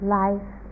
life